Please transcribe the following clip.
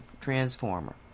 transformer